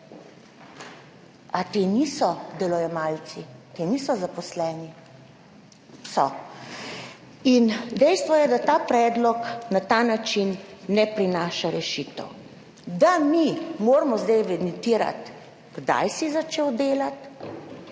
A ti niso delojemalci, ti niso zaposleni? So. In dejstvo je, da ta predlog na ta način ne prinaša rešitev, da moramo zdaj evidentirati, kdaj smo začeli delati,